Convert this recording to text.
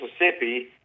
Mississippi